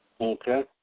Okay